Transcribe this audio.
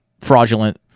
fraudulent